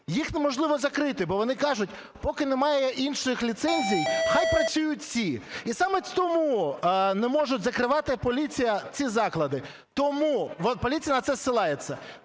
їх неможливо закрити, бо вони кажуть: поки немає інших ліцензій, хай працюють ці. І саме тому не може закривати поліція ці заклади, тому... Поліція на це посилається,